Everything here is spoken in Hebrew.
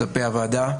כלפי הוועדה,